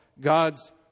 God's